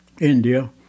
India